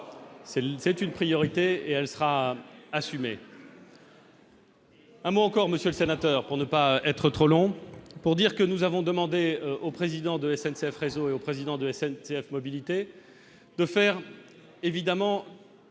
c'est une priorité, et elle sera assumée. Un mot encore, Monsieur le Sénateur, pour ne pas être trop long pour dire que nous avons demandé au président de la SNCF, réseau et au président de la SNCF Mobilités de faire évidemment